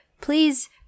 please